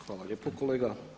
Hvala lijepo kolega.